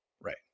Right